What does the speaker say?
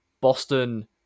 Boston